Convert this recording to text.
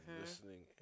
listening